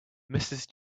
mrs